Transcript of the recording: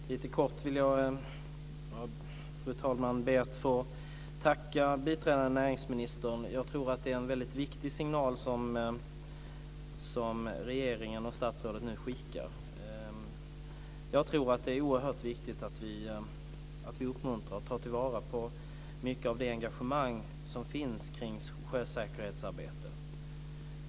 Fru talman! Lite kort vill jag be att få tacka biträdande näringsministern. Det är en väldigt viktig signal som regeringen och statsrådet nu skickar. Jag tror att det är oerhört viktigt att vi uppmuntrar och tar vara på mycket av det engagemang som finns kring sjösäkerhetsarbete.